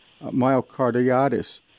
myocarditis